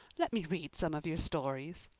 let me read some of your stories.